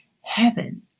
heaven